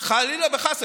חלילה וחס,